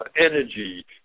energy